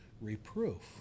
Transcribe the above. reproof